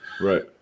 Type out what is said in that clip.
right